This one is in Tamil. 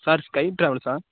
sir Skype ட்ராவெல்ஸ்ஸா